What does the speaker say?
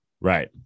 Right